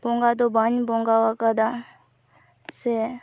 ᱵᱚᱸᱜᱟᱫᱚ ᱵᱟᱧ ᱵᱚᱸᱜᱟ ᱟᱠᱟᱫᱟ ᱥᱮ